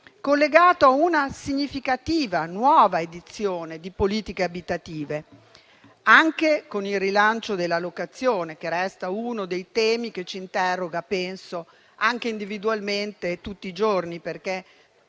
collegato a una significativa nuova edizione di politiche abitative, anche con il rilancio della locazione - resta uno dei temi che ci interroga, penso, anche individualmente tutti i giorni, perché